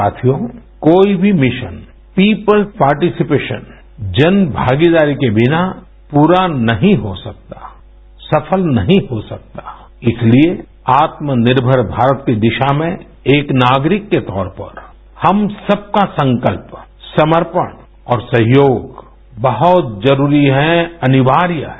साथियो कोई भी मिशन पीपुल्स पार्टिसिपेशन जनभागीदारी के बिना पुरा नहीं हो सकता सफल नहीं हो सकता इसीलिए आत्मनिर्मर भारत की दिशा में एक नागरिक के तौर पर हम सबका संकल्प समर्पण और सहयोग बहुत जरूरी है अनिवार्य है